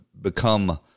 become